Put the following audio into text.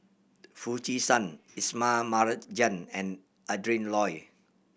Foo Chee San Ismail Marjan and Adrin Loi